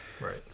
Right